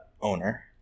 owner